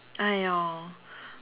!aiyo!